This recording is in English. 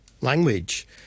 language